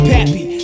Pappy